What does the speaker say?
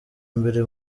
mbere